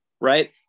Right